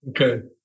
Okay